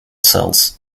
cells